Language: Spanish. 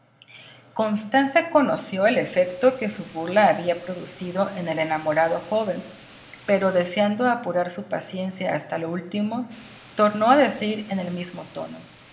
constanza conoció el efecto que su burla había producido en el enamorado joven pero deseando apurar su paciencia hasta lo último tornó a decir en el mismo tono